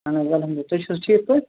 اَہَن حظ الحمدُااللہ تُہۍ چھُو حظ ٹھیٖک پٲٹھۍ